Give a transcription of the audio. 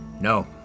No